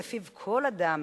ולפיו לכל אדם,